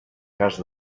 cas